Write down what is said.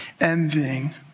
envying